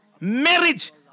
marriage